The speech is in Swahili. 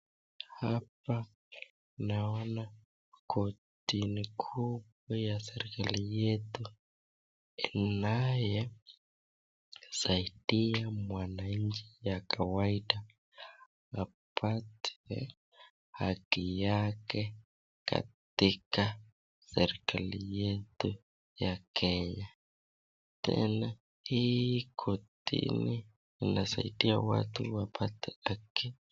Hapa naona kotini kubwa ya serekali yetu inaye saidia mwananchi ya kawaida apate haki yake katika serekali yetu ya Kenya. Tena hii kotini inasaidia watu wapate haki.